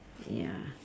ya